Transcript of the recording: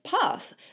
path